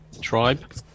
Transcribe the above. tribe